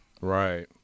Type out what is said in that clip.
Right